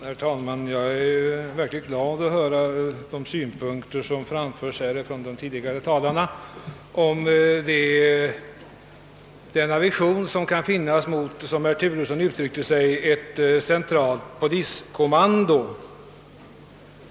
Herr talman! Jag blev verkligen glad över att höra de tidigare talarnas synpunkter om den aversion som kan finnas mot, som herr Turesson uttryckte det, ett centralt poliskommando.